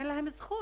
ואין להם זכות